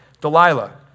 Delilah